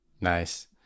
Nice